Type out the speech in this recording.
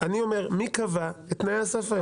אני שואל מי קבע את תנאי הסף האלה?